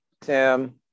Tim